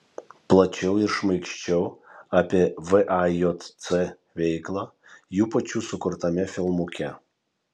plačiau ir šmaikščiau apie vajc veiklą jų pačių sukurtame filmuke